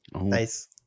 Nice